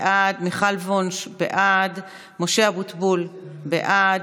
בעד, מיכל וונש בעד, משה אבוטבול, בעד,